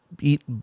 eat